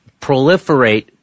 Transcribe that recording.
proliferate